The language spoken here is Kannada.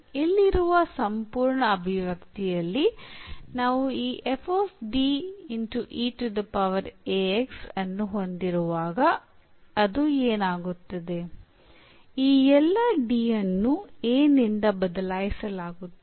ಇಲ್ಲಿರುವ ಸಂಪೂರ್ಣ ಅಭಿವ್ಯಕ್ತಿಯಲ್ಲಿ ನಾವು ಈ ಅನ್ನು ಹೊಂದಿರುವಾಗ ಅದು ಏನಾಗುತ್ತದೆ ಈ ಎಲ್ಲಾ D ಅನ್ನು a ನಿಂದ ಬದಲಾಯಿಸಲಾಗುತ್ತದೆ